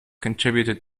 contributed